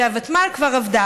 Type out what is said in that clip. כשהוותמ"ל כבר עבדה.